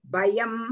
Bayam